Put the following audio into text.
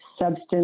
substance